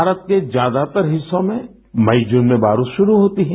भारत के ज्यादातर हिस्सों में मई जून में बारिश शुरू होती है